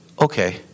okay